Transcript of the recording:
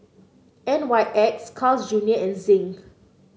N Y X Carl's Junior and Zinc